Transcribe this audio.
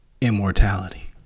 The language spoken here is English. Immortality